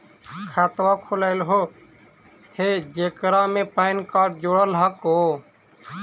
खातवा खोलवैलहो हे जेकरा मे पैन कार्ड जोड़ल हको?